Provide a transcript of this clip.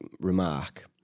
remark